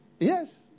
Yes